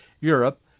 Europe